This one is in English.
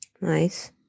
Nice